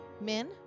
Min